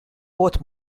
both